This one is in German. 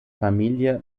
familie